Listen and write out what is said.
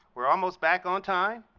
we're almost back on time,